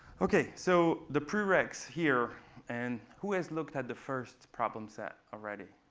ok, so the pre-reqs here and who has looked at the first problem set already?